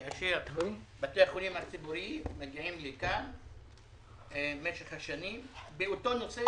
כאשר בתי החולים הציבוריים מגיעים לכאן משך השנים באותו נושא,